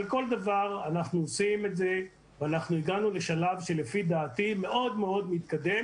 אבל אנחנו עושים את זה ואנחנו הגענו לשלב שלפי דעתי מאוד מאוד מתקדם